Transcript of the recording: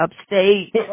upstate